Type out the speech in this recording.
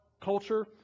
culture